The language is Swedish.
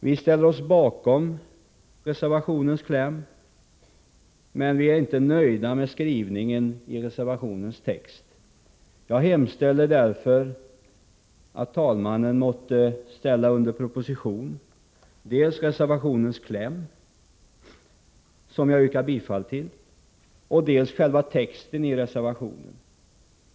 Vi ställer oss bakom reservationens kläm, men vi är inte nöjda med motiveringen i reservationen. Jag hemställer därför att talmannen måtte ställa under proposition dels reservationens kläm, som jag yrkar bifall till, dels själva texten i reservationen.